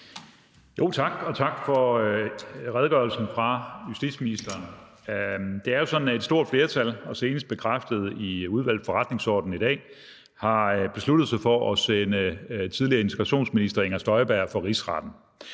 Tak, og tak for redegørelsen fra justitsministeren. Det er jo sådan, at et stort flertal, senest bekræftet i Udvalget for Forretningsordenen i dag, har besluttet sig for at sende tidligere integrationsminister Inger Støjberg for Rigsretten.